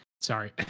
Sorry